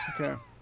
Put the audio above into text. Okay